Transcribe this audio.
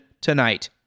tonight